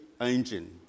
engine